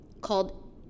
called